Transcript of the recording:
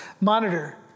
monitor